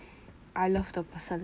I love the person